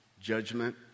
judgment